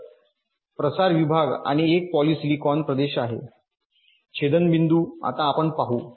तर प्रसार विभाग आणि एक पॉलिसिलिकॉन प्रदेश आहे छेदनबिंदू आता आपण पाहू